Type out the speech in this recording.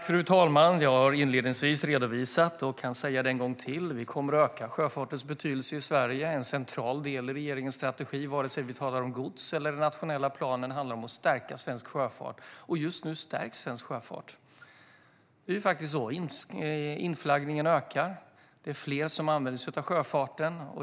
Fru talman! Jag har inledningsvis redovisat och kan säga en gång till att vi kommer att öka sjöfartens betydelse i Sverige. En central del i regeringens strategi, oavsett om vi talar om gods eller den nationella planen, handlar om att stärka svensk sjöfart. Och just nu stärks svensk sjöfart. Inflaggningen ökar. Det är fler som använder sig av sjöfarten.